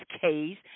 case